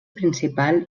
principal